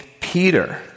Peter